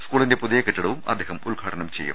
സ്കൂളിന്റെ പുതിയ കെട്ടി ടവും അദ്ദേഹം ഉദ്ഘാടനം ചെയ്യും